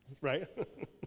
Right